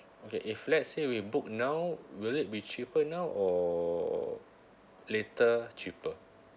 okay if let's say we book now will it be cheaper now or later cheaper